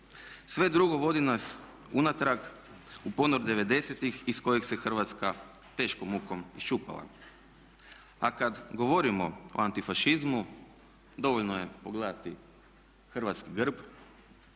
Sve drugo vodi nas unatrag u ponor '90-ih iz kojeg se Hrvatska teškom mukom iščupala. A kad govorimo o antifašizmu dovoljno je pogledati hrvatski grb,